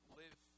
live